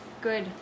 good